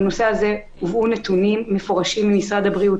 בנושא הזה הובאו נתונים מפורשים על ממשרד הבריאות